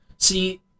See